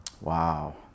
Wow